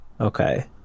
Okay